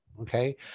Okay